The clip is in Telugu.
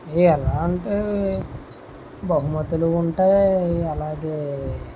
ఎలా అంటే బహుమతులు ఉంటాయి అలాగే